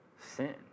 sin